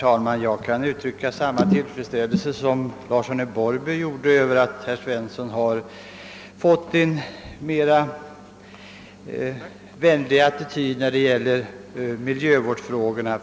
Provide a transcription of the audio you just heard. Herr talman! I likhet med herr Larsson i Borrby vill jag ge uttryck åt min tillfredsställelse över att herr Svensson i Kungälv nu har intagit en vänligare attityd till miljövårdsfrågorna.